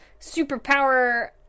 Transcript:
superpower